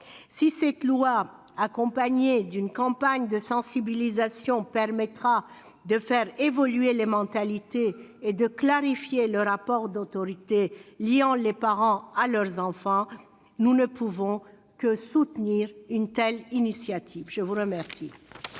Si ce texte, accompagné d'une campagne de sensibilisation, peut permettre de faire évoluer les mentalités et de clarifier le rapport d'autorité liant les parents à leurs enfants, nous ne pouvons que le soutenir. La parole est à Mme Maryse Carrère.